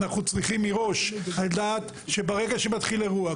אנחנו צריכים מראש לדעת שברגע שמתחיל אירוע,